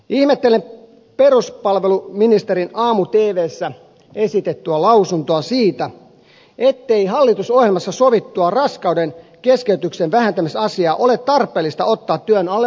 ihmettelen peruspalveluministerin aamu tvssä esittämää lausuntoa siitä ettei hallitusohjelmassa sovittua raskaudenkeskeytyksen vähentämisasiaa ole tarpeellista ottaa työn alle lainkaan